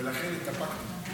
ולכן התאפקתי.